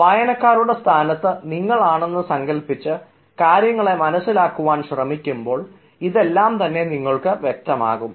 വായനക്കാരുടെ സ്ഥാനത്ത് നിങ്ങൾ ആണെന്ന് സങ്കൽപ്പിച്ച് കാര്യങ്ങളെ മനസ്സിലാക്കുവാൻ ശ്രമിക്കുമ്പോൾ ഇതെല്ലാം തന്നെ നിങ്ങൾക്ക് വ്യക്തമാകും